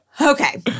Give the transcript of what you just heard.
Okay